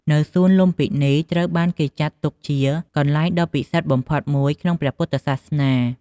នៅសួនលុម្ពិនី ត្រូវបានគេចាត់ទុកជាទីកន្លែងដ៏ពិសិដ្ឋបំផុតមួយក្នុងព្រះពុទ្ធសាសនា។